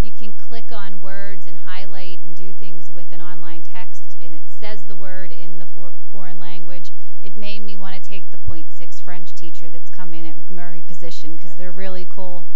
you can click on words and highlight and do things with an online text and it says the word in the for foreign language it made me want to take the point six french teacher that's come in and marry position because they're really coal